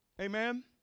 Amen